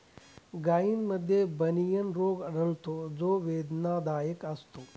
गायींमध्ये बनियन रोग आढळतो जो वेदनादायक असतो